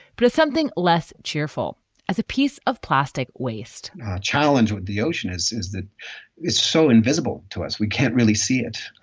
but it's something less cheerful as a piece of plastic waste challenge with the ocean, as is that it's so invisible to us we can't really see it.